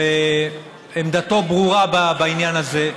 שעמדתו בעניין הזה ברורה.